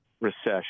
recession